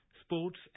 sports